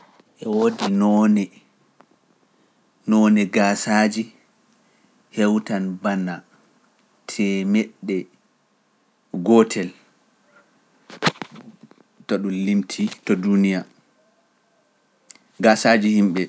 E wodi none gasaji hewtan bana temedde gotel nder duniya(hundred)